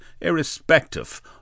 irrespective